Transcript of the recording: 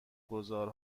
گذار